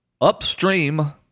Upstream